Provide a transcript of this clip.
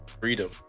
Freedom